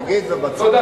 תודה.